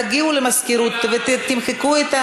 תגיעו למזכירות ותמחקו את,